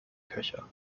köcher